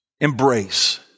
embrace